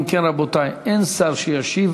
אם כן, רבותי, אין שר שישיב.